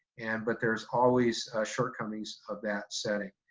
and but there's always shortcomings of that setting.